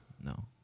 No